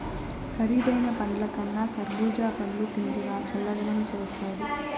కరీదైన పండ్లకన్నా కర్బూజా పండ్లు తింటివా చల్లదనం చేస్తాది